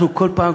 אנחנו בכל פעם,